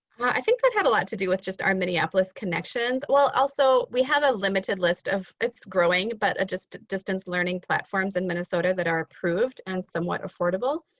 i think that had a lot to do with just our minneapolis connections. well also we have a limited list, it's growing. but just distance learning platforms in minnesota that are approved and somewhat affordable.